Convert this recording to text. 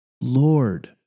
Lord